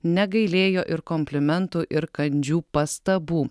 negailėjo ir komplimentų ir kandžių pastabų